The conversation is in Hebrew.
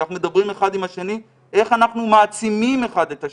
כשאנחנו מדברים אחד עם השני איך אנחנו מעצימים אחד את השני.